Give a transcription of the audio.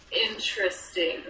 interesting